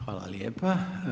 Hvala lijepa.